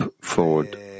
forward